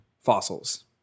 fossils